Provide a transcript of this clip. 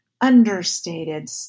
understated